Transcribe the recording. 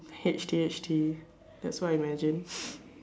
H_T_H_T that's what I imagine